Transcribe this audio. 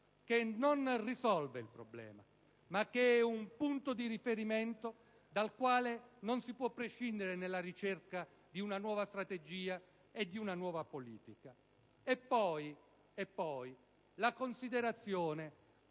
la soluzione del problema, ma è un punto di riferimento dal quale non si può prescindere nella ricerca di un nuova strategia e di una nuova politica. Vi è poi la considerazione,